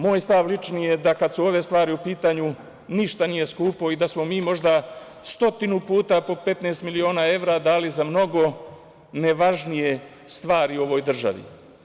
Moj stav lični je da kad su ove stvari u pitanju ništa nije skupo i da smo mi možda stotinu puta po 15 miliona evra dali za mnogo nevažnije stvari u ovoj državi.